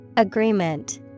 Agreement